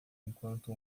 enquanto